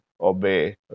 obey